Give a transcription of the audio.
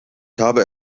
habe